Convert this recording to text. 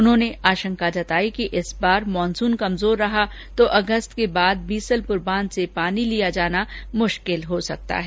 उन्होंने आशंका जताई कि इस बार मानसून कमजोर रहा तो अगस्त के बाद बीसलपुर बांध से पानी लिया जाना मुश्किल हो सकता है